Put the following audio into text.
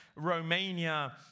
Romania